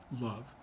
love